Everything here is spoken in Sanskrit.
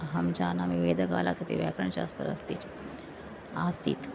अहं जानामि वेदकालातपि व्याकरणशास्त्रम् अस्ति च आसीत्